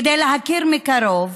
כדי להכיר מקרוב,